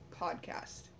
Podcast